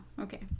okay